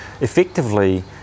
effectively